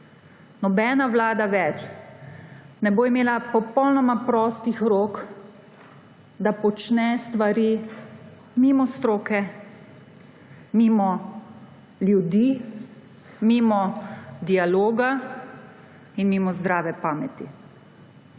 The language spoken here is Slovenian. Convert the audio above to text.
Nobena vlada več ne bo imela popolnoma prostih rok, da počne stvari mimo stroke, mimo ljudi, mimo dialoga in mimo zdrave pameti